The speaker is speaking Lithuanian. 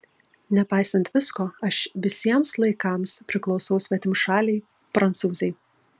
nepaisant visko aš visiems laikams priklausau svetimšalei prancūzei